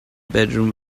bedroom